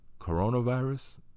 coronavirus